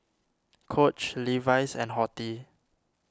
Coach Levi's and Horti